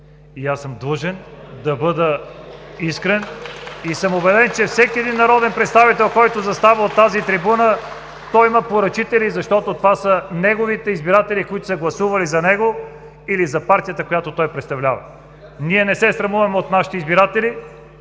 Аз съм длъжен да бъда искрен. Убеден съм, че всеки народен представител, който застава на тази трибуна, има поръчители, защото това са неговите избиратели, гласували за него или за партията, която той представлява. Ние не се срамуваме от нашите избиратели.